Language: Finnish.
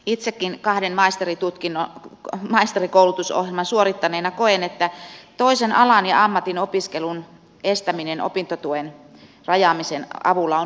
itsekin kahden maisterinkoulutusohjelman suorittaneena koen että toisen alan ja ammatin opiskelun estäminen opintotuen rajaamisen avulla on huono päätös